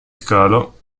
scalo